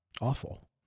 awful